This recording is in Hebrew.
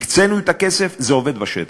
הקצינו את הכסף, זה עובד בשטח.